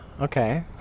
Okay